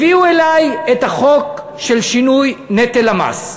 הביאו אלי את החוק של שינוי נטל המס,